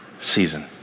season